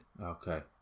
Okay